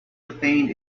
retained